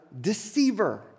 deceiver